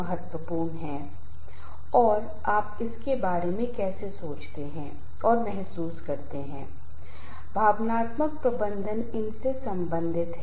internet और cyberspace सूचना और वाणिज्य को आगे बढ़ाता है जिससे पारस्परिक समस्याओं की गुणवत्ता को खतरा होता है